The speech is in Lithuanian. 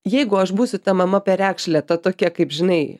jeigu aš būsiu ta mama perekšlė ta tokia kaip žinai